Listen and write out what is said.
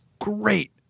great